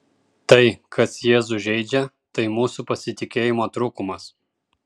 tai kas jėzų žeidžia tai mūsų pasitikėjimo trūkumas